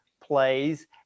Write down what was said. plays